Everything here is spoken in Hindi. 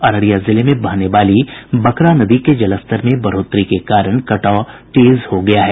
अररिया जिले में बहने वाली बकरा नदी के जलस्तर में बढ़ोतरी के कारण कटाव तेज हो गया है